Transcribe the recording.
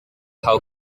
how